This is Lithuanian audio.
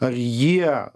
ar jie